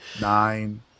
Nine